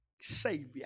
Savior